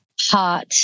heart